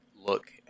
look